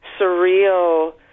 surreal